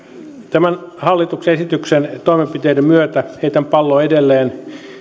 tämän hallituksen esityksen toimenpiteiden myötä heitän pallon edelleen